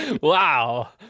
Wow